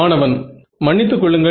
மாணவன் மன்னித்துக் கொள்ளுங்கள்